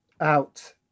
out